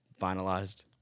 finalized